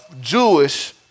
Jewish